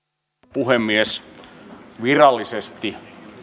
puhemies virallisesti